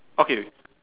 okay